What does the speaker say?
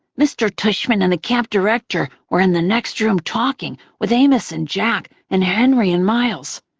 mr. tushman and the camp director were in the next room talking with amos and jack and henry and miles,